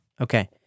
Okay